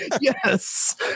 yes